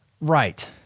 Right